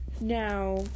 now